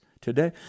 today